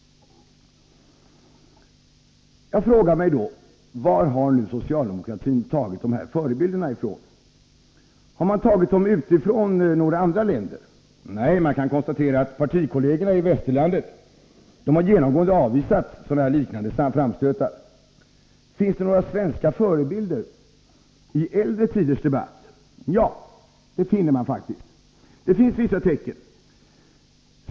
Jag frågar mig då: Varifrån har socialdemokratin tagit dessa förebilder? Har man tagit dem utifrån, från några andra länder? Nej, partikollegerna i västerlandet har genomgående avvisat liknande framstötar. Finns det några svenska förebilder — i äldre tiders debatt? Ja, det finns faktiskt vissa tecken på det.